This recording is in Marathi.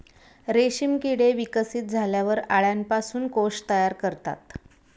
रेशीम किडे विकसित झाल्यावर अळ्यांपासून कोश तयार करतात